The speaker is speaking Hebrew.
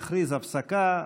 נכריז על הפסקה,